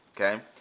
okay